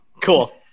Cool